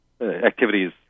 activities